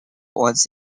once